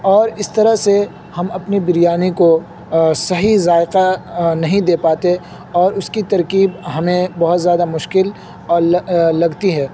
اور اس طرح سے ہم اپنی بریانی کو صحیح ذائقہ نہیں دے پاتے اور اس کی ترکیب ہمیں بہت زیادہ مشکل لگتی ہے